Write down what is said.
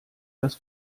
das